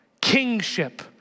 kingship